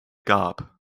gab